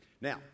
Now